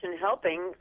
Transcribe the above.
helping